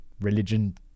religion